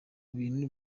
bintu